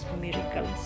miracles